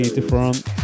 Different